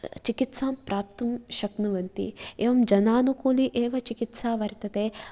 चिकित्सां प्राप्तुं शक्नुवन्ति एवं जनानुकूली एव चिकित्सा वर्तते